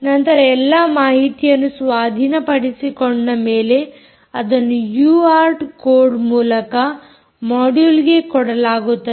ನಂತರ ಎಲ್ಲಾ ಮಾಹಿತಿಯನ್ನು ಸ್ವಾಧೀನಪಡಿಸಿಕೊಂಡ ಮೇಲೆ ಅದನ್ನು ಯುಆರ್ಟ್ ಕೋಡ್ ಮೂಲಕ ಮೊಡ್ಯುಲ್ಗೆ ಕೊಡಲಾಗುತ್ತದೆ